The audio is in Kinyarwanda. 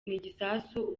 igisasu